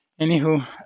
Anywho